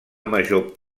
major